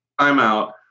timeout